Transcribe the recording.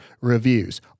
reviews